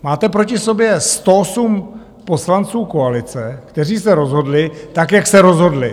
Máte proti sobě 108 poslanců koalice, kteří se rozhodli tak, jak se rozhodli.